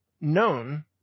known